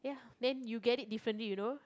then you get it differently you know